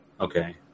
Okay